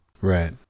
Right